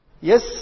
Yes